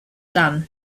done